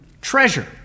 treasure